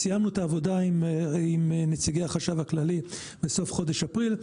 סיימנו את העבודה עם נציגי החשב הכללי בסוף חודש אפריל,